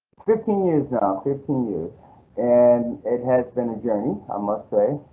fifteen years now. fifteen years and it has been a journey i must say.